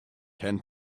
ten